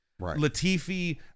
Latifi